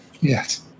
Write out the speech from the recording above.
yes